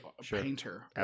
painter